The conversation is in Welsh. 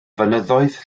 fynyddoedd